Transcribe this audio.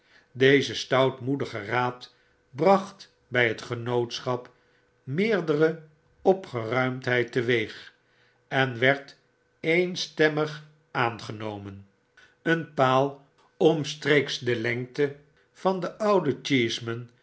deze stoutmoedige raad bracht by het genootschap meerdere opgeruimdheid teweeg en werd eenstemmig aangenomen een paal omstreeks ter lengte van den ouden